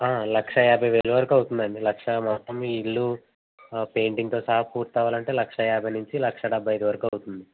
లక్ష యాభై వేలు వరకు అవుతుంది అండి లక్ష మొత్తం మీ ఇల్లు పెయింటింగ్తో సహా పూర్తి అవ్వాలంటే లక్ష యాభై నుంచి లక్ష డెబ్బై ఐదు వరకు అవుతుంది